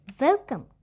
welcome